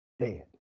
dead